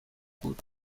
بود